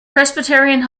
presbyterian